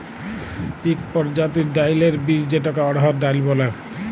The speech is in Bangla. ইক পরজাতির ডাইলের বীজ যেটাকে অড়হর ডাল ব্যলে